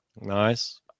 Nice